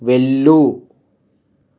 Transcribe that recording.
వెళ్ళు